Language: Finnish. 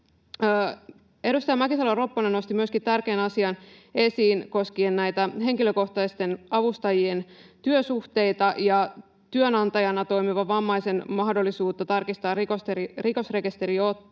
Edustaja Mäkisalo-Ropponen nosti myöskin tärkeän asian esiin koskien henkilökohtaisten avustajien työsuhteita ja työnantajana toimivan vammaisen mahdollisuutta tarkistaa rikosrekisteriotteet